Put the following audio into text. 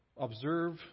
observe